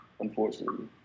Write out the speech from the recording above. unfortunately